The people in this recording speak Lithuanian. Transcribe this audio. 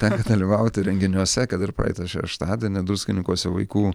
tenka dalyvauti renginiuose kad ir praeitą šeštadienį druskininkuose vaikų